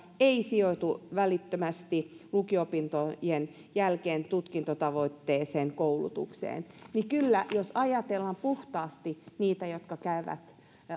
ei sijoitu välittömästi lukio opintojen jälkeen tutkintotavoitteiseen koulutukseen kyllä jos ajatellaan puhtaasti niitä jotka käyvät